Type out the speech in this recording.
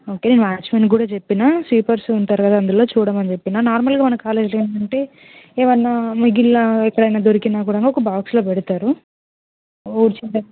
okay వాచ్మెన్కి కూడా చెప్పినా స్లీపర్స్ ఉంటారు కదా అందులో చూడమని చెప్పినా నార్మల్గా మన కాలేజీలో ఏందంటే ఏవైనా మిగిలిన ఎక్కడైనా దొరికినా కూడా ఒక బాక్స్లో పెడతారు ఊడ్చితే